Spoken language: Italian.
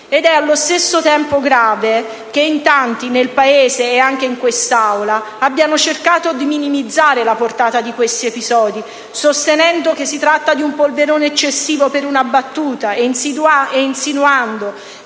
Ed è allo stesso tempo grave che in tanti, nel Paese e anche in quest'Aula, abbiano cercato di minimizzare la portata di questi episodi, sostenendo che si tratta di un polverone eccessivo per una battuta ed insinuando